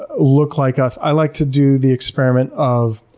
ah look like us, i like to do the experiment of